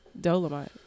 Dolomite